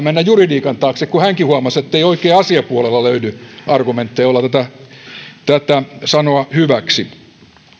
mennä juridiikan taakse kun hänkin huomasi ettei oikein asiapuolella löydy argumentteja joilla tätä tätä sanoa hyväksi